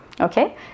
Okay